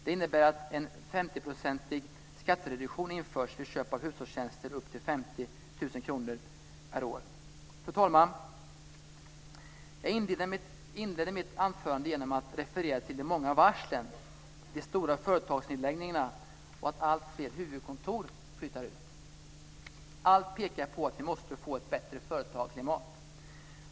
Den innebär att en 50-procentig skattereduktion införs vid köp av hushållstjänster upp till 50 000 kr per år. Fru talman! Jag inledde mitt anförande med att referera till de många varslen, de stora företagsnedläggningarna och till att alltfler huvudkontor flyttar ut. Allt pekar på att vi måste få ett bättre företagarklimat.